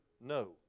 no